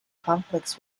conflicts